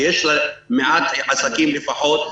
כי יש מעט עסקים לפחות,